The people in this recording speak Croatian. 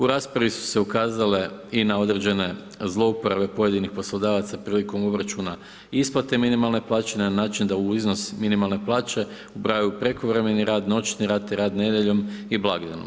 U raspravi su se ukazale i na određene zlouporabe pojedinih poslodavaca prilikom obračuna isplate minimalne plaće na način da u iznos minimalne plaće ubrajaju prekovremeni rad, noćni rad te rad nedjeljom i blagdanom.